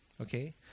okay